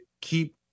keep